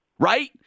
right